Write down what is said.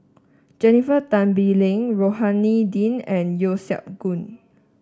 Jennifer Tan Bee Leng Rohani Din and Yeo Siak Goon